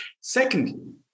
Secondly